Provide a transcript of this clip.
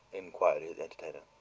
inquired his entertainer.